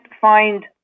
find